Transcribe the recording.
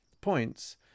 points